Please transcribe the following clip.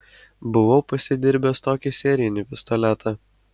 buvau pasidirbęs tokį sierinį pistoletą